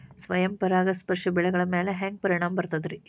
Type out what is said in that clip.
ಸ್ವಯಂ ಪರಾಗಸ್ಪರ್ಶ ಬೆಳೆಗಳ ಮ್ಯಾಲ ಹ್ಯಾಂಗ ಪರಿಣಾಮ ಬಿರ್ತೈತ್ರಿ?